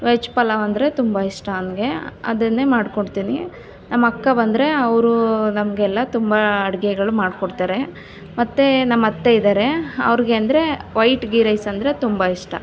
veg pulao ಅಂದರೆ ತುಂಬ ಇಷ್ಟ ಅವ್ನಿಗೆ ಅದನ್ನೇ ಮಾಡ್ಕೊಡ್ತೀನಿ ನಮ್ಮಕ್ಕ ಬಂದರೆ ಅವರು ನಮಗೆಲ್ಲ ತುಂಬ ಅಡ್ಗೆಗಳು ಮಾಡಿಕೊಡ್ತಾರೆ ಮತ್ತೆ ನಮ್ಮತ್ತೆ ಇದ್ದಾರೆ ಅವ್ರಿಗೆ ಅಂದರೆ ವೈಟ್ ಗೀ ರೈಸ್ ಅಂದರೆ ತುಂಬ ಇಷ್ಟ